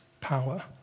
power